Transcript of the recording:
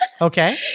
Okay